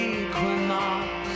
equinox